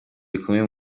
bikomeye